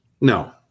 No